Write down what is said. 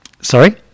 Sorry